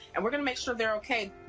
and we're going to make sure they're okay.